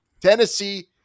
Tennessee